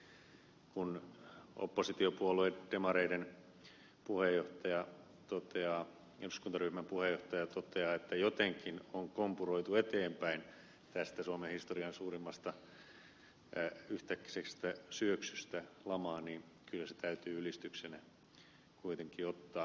kun oppositiopuolue demareiden eduskuntaryhmän puheenjohtaja toteaa että jotenkin on kompuroitu eteenpäin tästä suomen historian suurimmasta yhtäkkisestä syöksystä lamaan niin kyllä se täytyy ylistyksenä kuitenkin ottaa